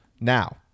now